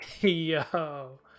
Yo